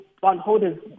bondholders